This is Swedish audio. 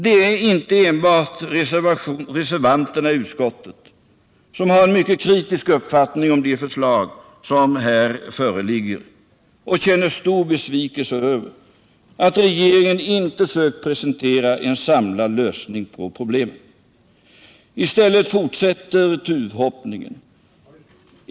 Det är inte enbart reservanterna i utskottet som har en mycket kritisk uppfattning om de förslag som här föreligger och känner stor besvikelse över att regeringen inte sökt presentera en samlad lösning på problemen. I stället fortsätter tuvhoppningen.